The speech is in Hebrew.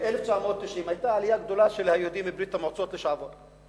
ב-1990 היתה עלייה גדולה של היהודים מברית-המועצות לשעבר,